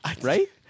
Right